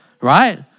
right